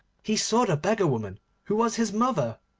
he saw the beggar-woman who was his mother,